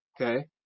Okay